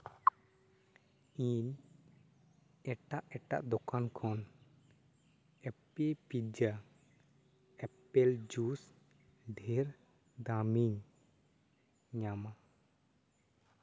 ᱤᱧ ᱮᱴᱟᱜ ᱮᱴᱟᱜ ᱫᱚᱠᱟᱱ ᱠᱷᱚᱱ ᱮ ᱯᱤ ᱯᱤᱡᱡᱟ ᱟᱯᱮᱞ ᱡᱩᱥ ᱰᱷᱮᱨ ᱫᱟᱢᱤᱧ ᱧᱟᱢᱟ